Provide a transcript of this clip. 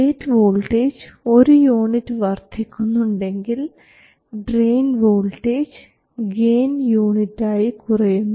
gate voltage ഒരു unit വർദ്ധിക്കുന്നുണ്ടെങ്കിൽ drain voltage gain unit ആയി കുറയുന്നു